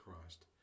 Christ